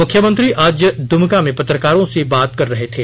मुख्यमंत्री आज दुमका में पत्रकारों से बात कर रहे थे